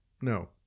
No